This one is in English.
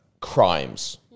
crimes